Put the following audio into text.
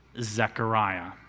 Zechariah